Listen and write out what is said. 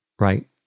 Right